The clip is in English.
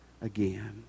again